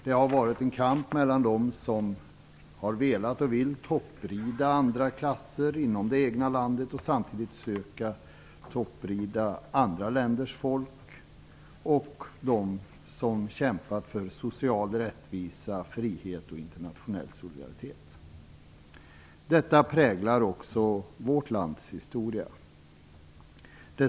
Det har varit en kamp mellan dem som har velat och vill topprida andra klasser inom det egna landet och samtidigt försöka topprida andra länders folk och dem som har kämpat för social rättvisa, frihet och internationell solidaritet. Detta präglar också vårt lands historia.